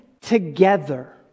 together